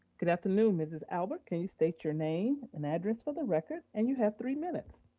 good afternoon, mrs. albert, can you state your name and address for the record? and you have three minutes.